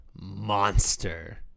monster